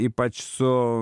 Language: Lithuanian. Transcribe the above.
ypač su